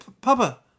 papa